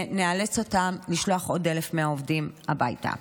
ונאלץ אותם לשלוח עוד 1,100 עובדים הביתה.